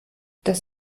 das